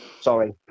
Sorry